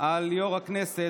על יושב-ראש הכנסת,